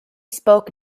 spoke